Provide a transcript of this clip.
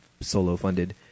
solo-funded